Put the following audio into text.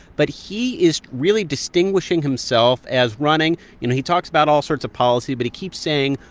but he is really distinguishing himself as running you know, he talks about all sorts of policy. but he keeps saying,